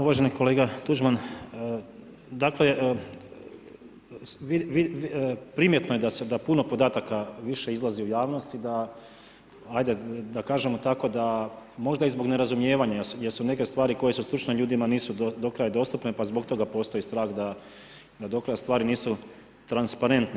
Uvaženi kolega Tuđman, dakle primjetno je da puno podataka više izlazi u javnost i da ajde da kažemo tako da možda i zbog nerazumijevanja jer su neke stvari koje s +u stručne, ljudima nisu do kraja dostupne pa zbog toga postoji strah da do kraja stvari nisu transparentne.